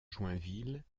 joinville